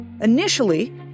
Initially